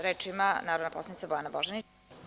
Reč ima narodna poslanica Bojana Božanić.